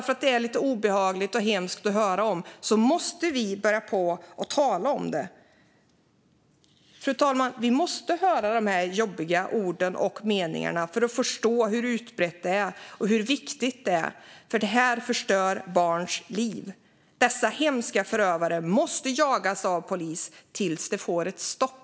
Även om det är lite obehagligt och hemskt att höra om måste vi börja tala om det. Vi måste höra de jobbiga orden och meningarna, fru talman, för att förstå hur utbrett och viktigt detta är, för det här förstör barns liv. Dessa hemska förövare måste jagas av polis tills det får ett stopp.